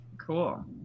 Cool